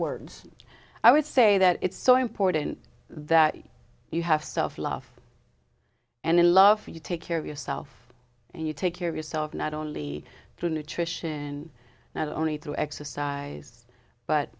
words i would say that it's so important that you have self love and in love you take care of yourself and you take care of yourself not only through nutrition now only through exercise but